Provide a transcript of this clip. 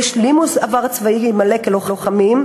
והם השלימו שירות צבאי מלא כלוחמים,